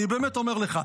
אני באמת אומר לך,